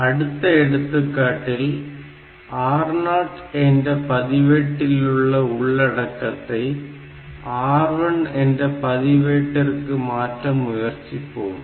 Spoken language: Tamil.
அடுத்த எடுத்துக்காட்டில் R0 என்ற பதிவேட்டில் உள்ள உள்ளடக்கத்தை R1 என்ற பதிவேட்டிற்கு மாற்ற முயற்சிப்போம்